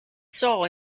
saw